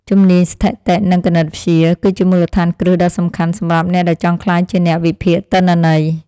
ជំនាញស្ថិតិនិងគណិតវិទ្យា គឺជាមូលដ្ឋានគ្រឹះដ៏សំខាន់សម្រាប់អ្នកដែលចង់ក្លាយជាអ្នកវិភាគទិន្នន័យ។